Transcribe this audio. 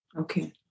Okay